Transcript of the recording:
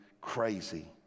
crazy